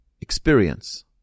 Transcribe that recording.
experience